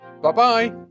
Bye-bye